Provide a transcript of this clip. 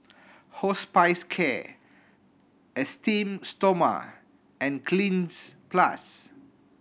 Hospicare Esteem Stoma and Cleanz Plus